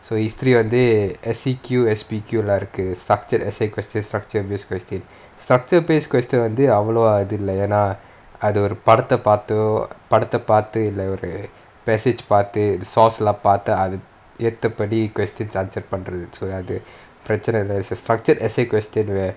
so history வந்து:vanthu S_C_Q S_P_Q leh இருக்கு:iruku structured essay questions structured new question structured based question வந்து அவ்ளோ அது இல்ல என்னனா அது ஒரு படத்தை பாத்து பாடத்தை பாத்து இல்ல ஒரு:vanthu avlo athu illa yaenanaa athu oru padatha paathu paadatha paathu illa oru passage பாத்து:paathu source leh பாத்து ஏத்தபடி:paathu yaethapaadi questions answer பண்றது அது ஒரு பிரச்னை இல்ல:pandrathu athu oru prechana illa there's a structured essay question where